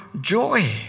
joy